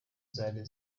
zari